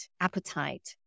appetite